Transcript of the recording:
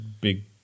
big